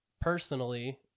personally